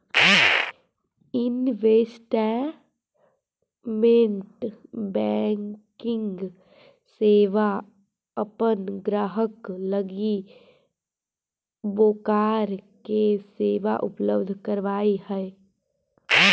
investment banking सेवा अपन ग्राहक लगी ब्रोकर के सेवा उपलब्ध करावऽ हइ